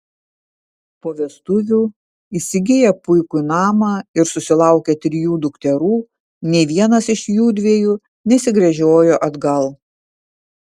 po vestuvių įsigiję puikų namą ir susilaukę trijų dukterų nė vienas iš jųdviejų nesigręžiojo atgal